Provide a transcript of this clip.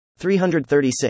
336